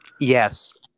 Yes